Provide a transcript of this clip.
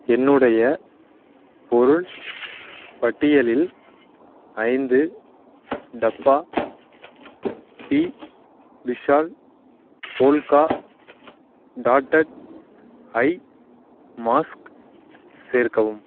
என்னுடைய பொருள் பட்டியலில் ஐந்து டப்பா P Vishal polka dotted eye mask சேர்க்கவும்